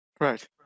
right